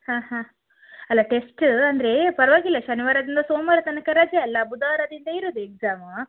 ಹಾಂ ಹಾಂ ಅಲ್ಲ ಟೆಸ್ಟ ಅಂದರೆ ಪರವಾಗಿಲ್ಲ ಶನಿವಾರದಿಂದ ಸೋಮವಾರ ತನಕ ರಜೆಯಲ್ಲ ಬುಧವಾರದಿಂದ ಇರುದು ಎಕ್ಸಾಮ